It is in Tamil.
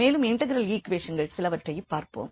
மேலும் இன்டெக்ரல் ஈக்வேஷன்கள் சிலவற்றை பார்ப்போம்